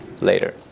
later